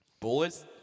Bullets